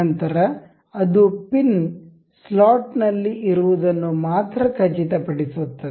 ನಂತರ ಅದು pin slot ನಲ್ಲಿ ಇರುವದನ್ನು ಮಾತ್ರ ಖಚಿತಪಡಿಸುತ್ತದೆ